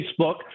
Facebook